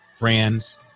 friends